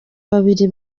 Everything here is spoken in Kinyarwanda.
babiri